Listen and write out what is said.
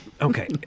Okay